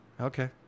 Okay